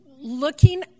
looking